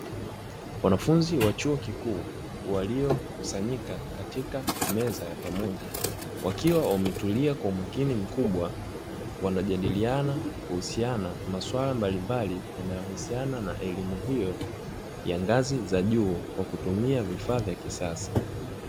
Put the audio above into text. Wanafunzi wa chuo kikuu waliokusanyika katika meza ya pamoja, wakiwa wametulia kwa umakini mkubwa, wanajadiliana kuhusiana masuala mbalimbali yanayohusiana na elimu hiyo ya ngazi za juu kwa kutumia vifaa vya kisasa.